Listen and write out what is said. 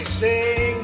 sing